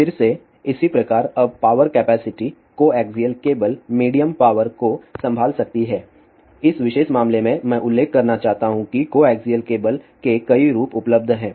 फिर से इसी प्रकार अब power capacity coaxial cable medium power को संभाल सकती है इस विशेष मामले में मैं उल्लेख करना चाहता हूं कि कोएक्सिअल केबल के कई रूप उपलब्ध हैं